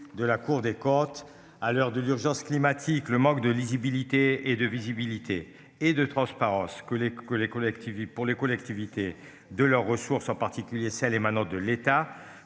de la Cour des côtes à l'heure de l'urgence climatique, le manque de lisibilité et de visibilité et de transparence que les que les collectivités pour les collectivités de leurs ressources, en particulier celles émanant de l'État